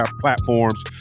platforms